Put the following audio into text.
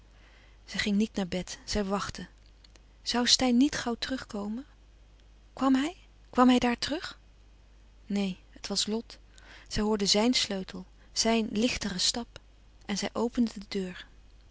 zij ging niet naar bed zij wachtte zoû steyn niet gauw terug komen kwam hij kwam hij daar terug neen het was lot zij hoorde zijn sleutel zijn lichteren stap en zij opende de deur